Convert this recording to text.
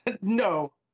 No